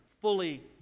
fully